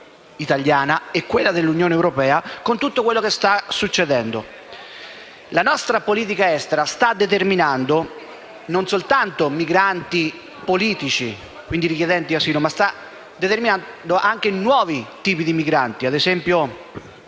La nostra politica estera sta determinando non soltanto migranti politici (quindi richiedenti asilo), ma anche nuovi tipi di migranti, ad esempio